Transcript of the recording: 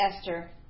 Esther